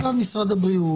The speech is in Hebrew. --- משרד הבריאות.